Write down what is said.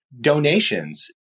donations